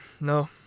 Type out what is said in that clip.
no